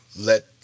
let